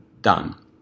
done